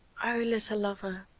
oh, little lover,